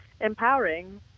empowering